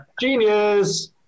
Genius